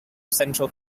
central